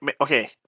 okay